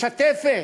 משתפת.